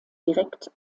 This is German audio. direkt